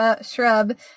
shrub